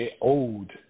old